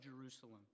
Jerusalem